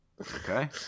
Okay